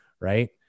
Right